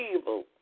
evil